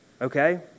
Okay